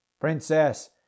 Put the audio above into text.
Princess